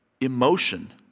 emotion